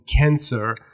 cancer